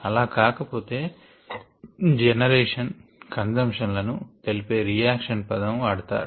అలా కాక పొతే జెనరేషన్ కన్సంషన్ లను తెలిపే రియాక్షన్ పదం వాడతారు